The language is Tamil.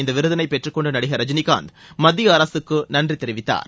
இந்த விருதினை பெற்றுக் கொண்ட நடிகர் ரஜினிகாந்த் மத்திய அரசுக்கு நன்றி தெரிவித்தார்